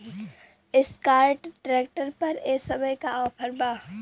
Escort tractor पर ए समय का ऑफ़र बा?